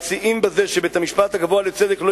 מציעים בזה שבית-המשפט הגבוה לצדק לא